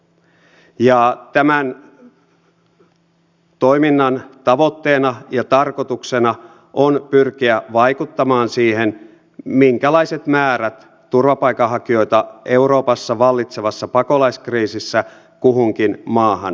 tämän toiminnan tavoitteena ja tarkoituksena on pyrkiä vaikuttamaan siihen minkälaiset määrät turvapaikanhakijoita euroopassa vallitsevassa pakolaiskriisissä kuhunkin maahan hakeutuu